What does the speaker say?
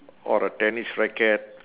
or a tennis racket